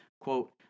quote